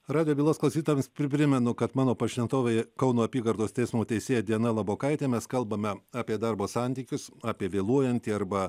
radvilos klausytojams primenu kad mano pašnekovai kauno apygardos teismo teisėja diana labokaitė mes kalbame apie darbo santykius apie vėluojantį arba